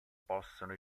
possano